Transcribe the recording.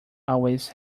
always